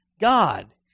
God